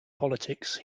politics